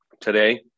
today